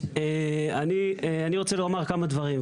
אני רוצה לומר כמה דברים.